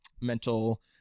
mental